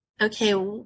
okay